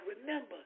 remember